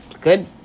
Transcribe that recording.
good